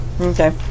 Okay